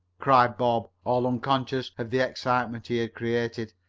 cried bob, all unconscious of the excitement he had created.